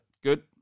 Good